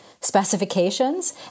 specifications